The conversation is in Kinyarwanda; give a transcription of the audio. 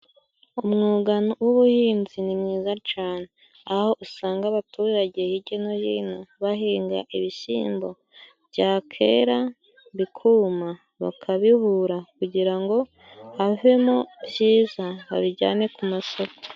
Umwuga w'ubuhinzi ni mwiza cane. Aho usanga abaturage hirya no hino bahinga ibishyimbo byakera bikuma, bakabihura kugira ngo havemo byiza babijyane ku masoko.